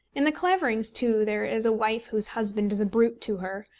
in the claverings, too, there is a wife whose husband is a brute to her,